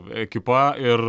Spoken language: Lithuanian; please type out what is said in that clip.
ekipa ir